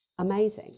amazing